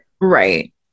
Right